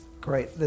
Great